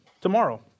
tomorrow